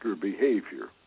behavior